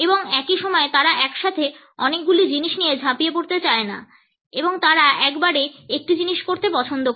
এবং একই সময়ে তারা একসাথে অনেকগুলি জিনিস নিয়ে ঝাঁপিয়ে পড়তে চায় না এবং তারা একবারে একটি জিনিস করতে পছন্দ করে